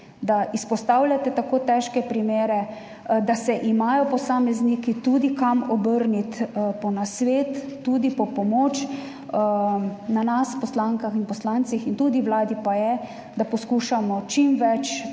da izpostavljate tako težke primere, da se imajo posamezniki tudi kam obrniti po nasvet, tudi po pomoč. Na nas poslankah in poslancih in tudi vladi pa je, da poskušamo čim več